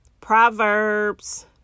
Proverbs